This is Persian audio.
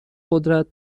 قدرت